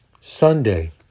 Sunday